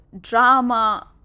drama